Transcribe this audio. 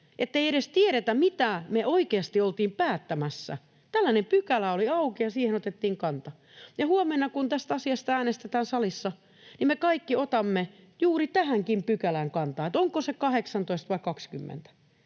ettei edes tiedetä, mitä me oikeasti oltiin päättämässä. Tällainen pykälä oli auki, ja siihen otettiin kantaa. Ja huomenna, kun tästä asiasta äänestetään salissa, me kaikki otamme juuri tähänkin pykälään kantaa, että onko se 18 vai 20.